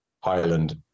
Highland